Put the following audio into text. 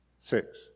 Six